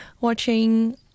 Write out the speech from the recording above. watching